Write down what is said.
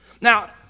Now